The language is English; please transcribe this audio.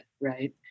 right